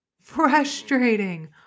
frustrating